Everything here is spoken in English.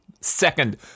second